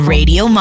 Radio